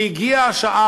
והגיעה השעה,